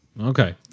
Okay